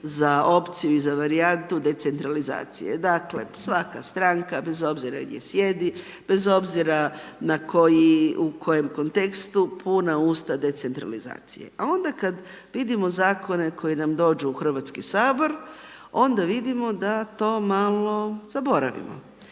za opciju, za varijantu decentralizacije, dakle, svaka stranka bez obzira gdje sjedi, bez obzira u kojem kontekstu, puna usta decentralizacije, a onda kad vidimo zakone koji nam dođu u Hrvatski sabor, onda vidimo da to malo zaboravimo.